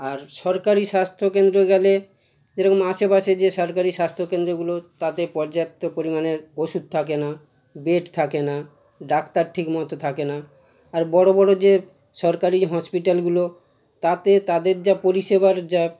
আর সরকারি স্বাস্থ্যকেন্দ্র গেলে যেরকম আশেপাশে যে সরকারি স্বাস্থ্য কেন্দ্রগুলো তাতে পর্যাপ্ত পরিমাণে ওষুধ থাকে না বেড থাকে না ডাক্তার ঠিকমতো থাকে না আর বড় বড় যে সরকারি হসপিটালগুলো তাতে তাদের যা পরিষেবার যা